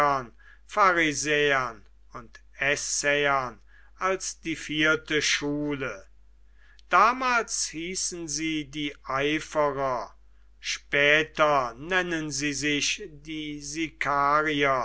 pharisäern und essäern als die vierte schule damals hießen sie die eiferer später nennen sie sich die